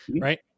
right